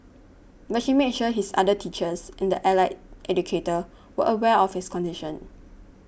but she made sure his other teachers and the allied educator were aware of his condition